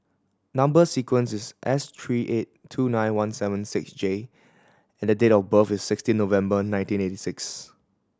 number sequence is S three eight two nine one seven six J and the date of birth is sixteen November nineteen eighty six